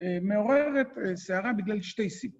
‫מעוררת, סערה, בגלל שתי סיב..